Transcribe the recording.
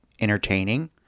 entertaining